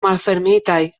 malfermitaj